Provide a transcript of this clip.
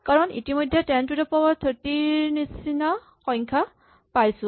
কাৰণ ইতিমধ্যে ten to the power ৩০ ৰ নিচিনা সংখ্যা পাইছো